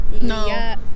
no